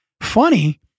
Funny